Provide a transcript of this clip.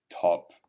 top